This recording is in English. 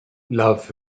love